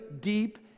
deep